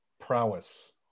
prowess